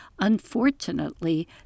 Unfortunately